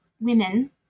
women